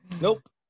Nope